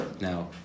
Now